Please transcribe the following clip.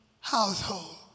household